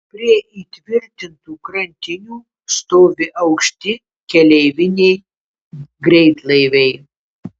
prie įtvirtintų krantinių stovi aukšti keleiviniai greitlaiviai